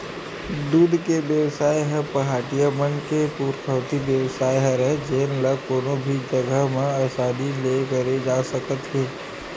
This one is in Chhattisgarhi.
दूद के बेवसाय ह पहाटिया मन के पुरखौती बेवसाय हरय जेन ल कोनो भी जघा म असानी ले करे जा सकत हे